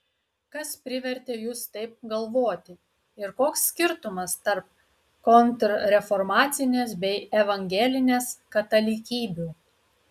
kas privertė jus taip galvoti ir koks skirtumas tarp kontrreformacinės bei evangelinės katalikybių